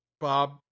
Bob